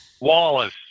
Wallace